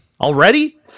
already